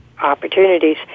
Opportunities